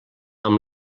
amb